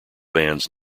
bands